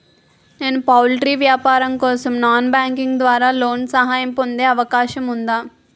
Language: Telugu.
నేను పౌల్ట్రీ వ్యాపారం కోసం నాన్ బ్యాంకింగ్ ద్వారా లోన్ సహాయం పొందే అవకాశం ఉందా?